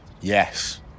yes